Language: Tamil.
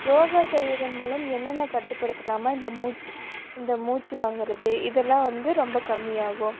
யோகா செய்வதன் மூலம் என்னென்ன கட்டுப்படுத்தலாம் இந்த மூச்சு இந்த மூச்சு வாங்குகிறது இதெல்லாம் வந்து ரொம்ப கம்மியாகும்